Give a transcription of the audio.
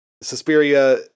Suspiria